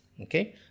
Okay